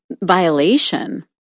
violation